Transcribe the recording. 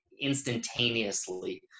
instantaneously